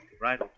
Right